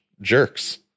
jerks